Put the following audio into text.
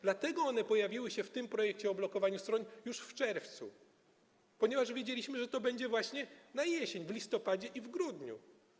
Dlatego one pojawiły się w tym projekcie o blokowaniu stron już w czerwcu, ponieważ wiedzieliśmy, że to będzie właśnie na jesień, w listopadzie i w grudniu.